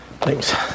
Thanks